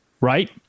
right